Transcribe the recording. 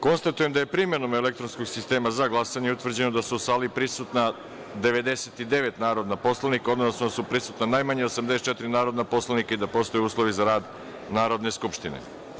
Konstatujem da je primenom elektronskog sistema za glasanje utvrđeno da je u sali prisutno 99 narodnih poslanika, odnosno da su prisutna najmanje 84 narodna poslanika i da postoje uslovi za rad Narodne skupštine.